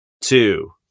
two